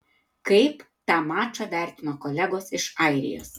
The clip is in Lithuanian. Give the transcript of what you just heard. kaip tą mačą vertino kolegos iš airijos